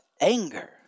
anger